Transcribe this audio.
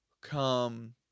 come